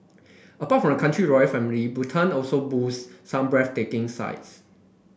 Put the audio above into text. apart from the country royal family Bhutan also boast some breathtaking sights